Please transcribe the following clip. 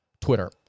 Twitter